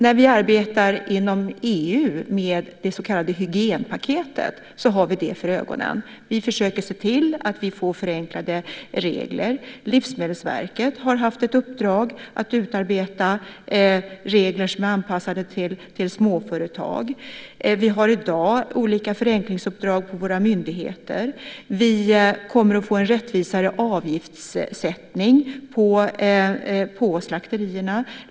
När vi arbetar inom EU med det så kallade hygienpaketet har vi det för ögonen. Vi försöker se till att vi får förenklade regler. Livsmedelsverket har haft ett uppdrag att utarbeta regler som är anpassade till småföretag. Vi har i dag olika förenklingsuppdrag för våra myndigheter. Vi kommer att få en rättvisare avgiftssättning på slakterierna.